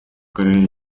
karere